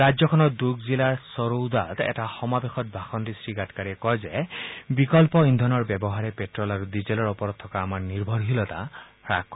ৰাজ্যখনৰ দূৰ্গ জিলাৰ ছৰৌডাত এটা সমাৱেশত ভাষণ দি শ্ৰীগাডকাৰীয়ে কয় যে বিকল্প ইন্ধনৰ ব্যৱহাৰে পেট্টল আৰু ডিজেলৰ ওপৰত থকা আমাৰ নিৰ্ভৰশীলতা হাস কৰিব